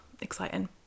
exciting